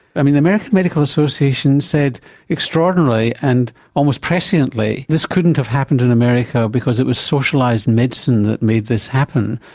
i mean the american medical association said extraordinarily and almost presciently that this couldn't have happened in america because it was socialised medicine that made this happen.